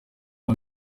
aba